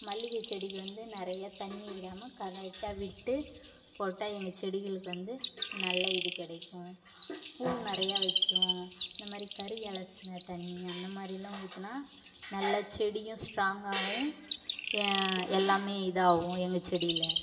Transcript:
மல்லிகை செடிக்கு வந்து நிறைய தண்ணி விடாமல் கரெக்டாக விட்டு போட்டால் எங்கள் செடிகளுக்கு வந்து நல்ல இது கிடைக்கும் பூ நிறையா வைக்கும் இந்தமாதிரி கறி அலசின தண்ணி அந்தமாதிரியெல்லாம் ஊற்றினா நல்ல செடியும் ஸ்ட்ராங் ஆகும் எல்லாம் இதாகும் எங்கள் செடியில்